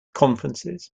conferences